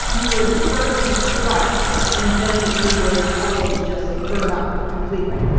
you would first be crushed and then you would probably just burn up completely